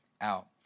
out